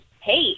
Hey